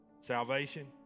Salvation